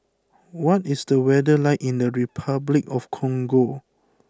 what is the weather like in the Repuclic of Congo